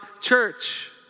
church